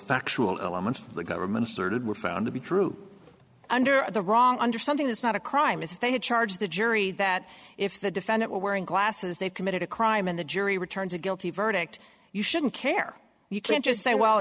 factual elements of the government started were found to be true under the wrong under something that's not a crime if they had charged the jury that if the defendant were wearing glasses they committed a crime in the jury returns a guilty verdict you shouldn't care you can't just say well